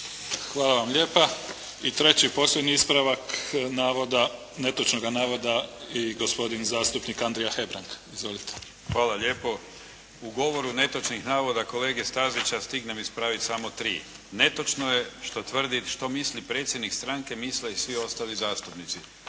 Hvala vam lijepa. I treći, posljednji ispravak netočnoga navoda i gospodin zastupnik Andrija Hebrang. Izvolite. **Hebrang, Andrija (HDZ)** Hvala lijepo. U govoru netočnih navoda kolege Stazića stignem ispraviti samo tri. Netočno je što tvrdi, što misli predsjednik stranke misle i svi ostali zastupnici.